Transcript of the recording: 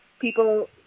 people